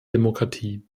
demokratie